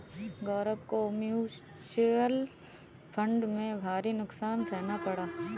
गौरव को mutual fund में भारी नुकसान सहना पड़ा